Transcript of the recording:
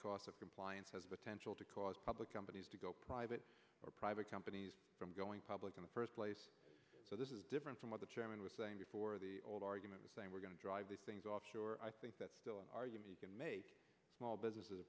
cost of compliance has the tension to cause public companies to go private or private companies from going public in the first place so this is different from what the chairman was saying before the old argument saying we're going to drive these things offshore i think that's still an argument you can make small businesses are